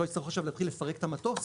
שלא יצטרכו עכשיו להתחיל לפרק את המטוס